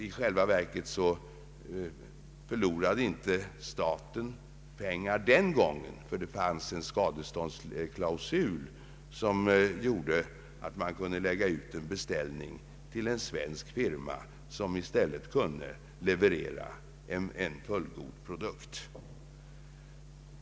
I själva verket förlorade staten inte pengar den gången, ty det fanns en skadeståndsklausul, som gjorde att man kunde lägga ut en beställning till en svensk firma som i stället kunde leverera en fullgod produkt.